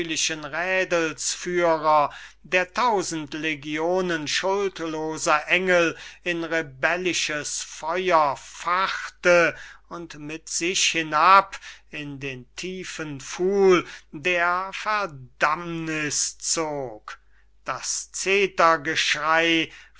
rädelsführer der tausend legionen schuldloser engel in rebellisches feuer fachte und mit sich hinab in den tiefen pfuhl der verdammniß zog das